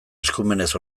eskumenez